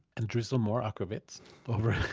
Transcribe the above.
and drizzle more aquavit over